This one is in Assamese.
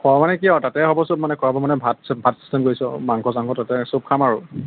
খোৱা মানে কি আৰু তাতে হ'ব সব মানে খোৱা বোৱা মানে ভাত চাত মাংস চাংস তাতে সব খাম আৰু